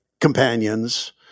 companions